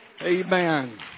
Amen